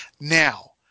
Now